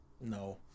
No